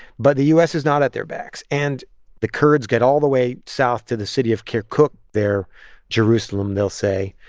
but the u s. is not at their backs, and the kurds get all the way south to the city of kirkuk their jerusalem, they'll say.